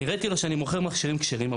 אני הראיתי לו שאני מוכר מכשירים כשרים,